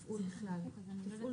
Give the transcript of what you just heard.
לא תפעול בכלל, תפעול